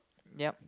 yup